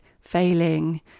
failing